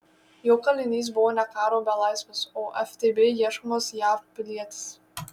jo kalinys buvo ne karo belaisvis o ftb ieškomas jav pilietis